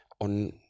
on